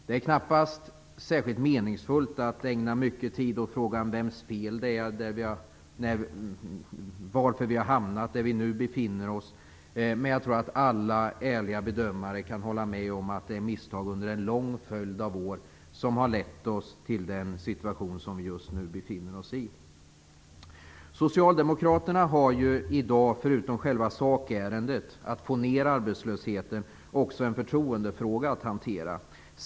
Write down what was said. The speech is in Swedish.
Det är knappast särskilt meningsfullt att ägna mycket tid åt frågan vems fel det är att vi har hamnat där vi nu befinner oss, men jag tror att alla ärliga bedömare kan hålla med om att det är misstag under en lång följd av år som har lett oss till den situation som vi just nu befinner oss i. Socialdemokraterna har i dag förutom själva sakärendet, att få ned arbetslösheten, också en förtroendefråga att hantera.